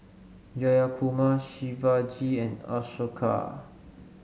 Jayakumar Shivaji and Ashoka